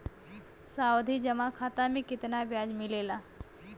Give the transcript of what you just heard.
सावधि जमा खाता मे कितना ब्याज मिले ला?